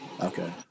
Okay